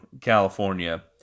California